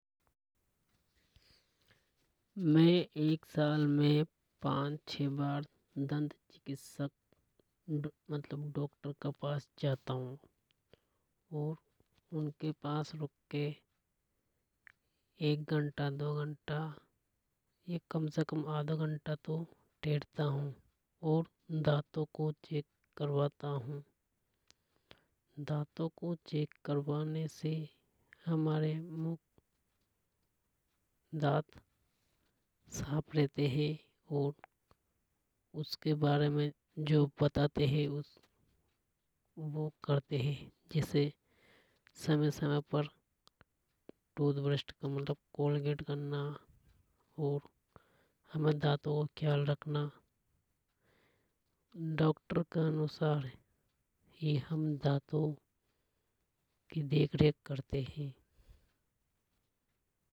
में एक साल में पांच छः बार दंत चिकित्सक मतलब डॉक्टर के पास जाता हूं। और उनके पास रुक के एक घंटा दो घंटा या कम से कम आधा घंटा तो बैठता हूं दांतों को चेक करवाता हूं। दांतों को चेक करवाने से हमारे मूक दांत साफ रहते है। और उसके बारे में जो बताते हे वो करते हे जैसे समय समय पर टूथब्रश का मतलब कोलगेट करना ओर हमारे दांतों का ख्याल रखना। डॉक्टर के अनुसार ही हम दांतों की देख रैक करते है।